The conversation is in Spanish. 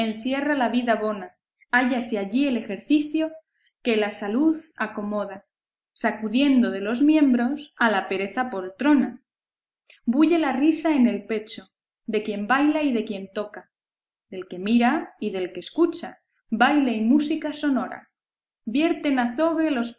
encierra la vida bona hállase allí el ejercicio que la salud acomoda sacudiendo de los miembros a la pereza poltrona bulle la risa en el pecho de quien baila y de quien toca del que mira y del que escucha baile y música sonora vierten azogue los